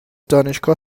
دانشگاه